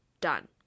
done